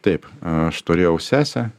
taip aš turėjau sesę